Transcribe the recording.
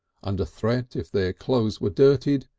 under threat if their clothes were dirtied,